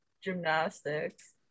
gymnastics